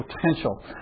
potential